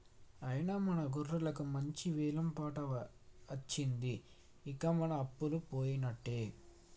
నాయిన మన గొర్రెలకు మంచి వెలం పాట అచ్చింది ఇంక మన అప్పలు పోయినట్టే